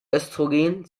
östrogen